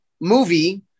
movie